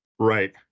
Right